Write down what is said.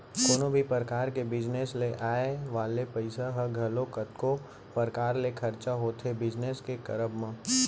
कोनो भी परकार के बिजनेस ले आय वाले पइसा ह घलौ कतको परकार ले खरचा होथे बिजनेस के करब म